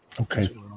Okay